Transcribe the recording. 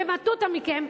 במטותא מכם,